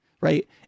Right